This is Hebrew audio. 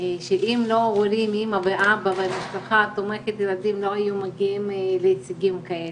שאם לא הורים אמא ואבא ומשפחה תומכת הילדים לא היו מגיעים להישגים כאלה,